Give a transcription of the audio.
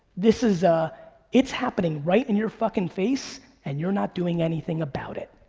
this is a it's happening right in your fucking face and you're not doing anything about it.